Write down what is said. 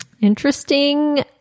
Interesting